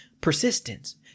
persistence